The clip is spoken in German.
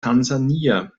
tansania